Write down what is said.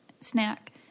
snack